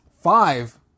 Five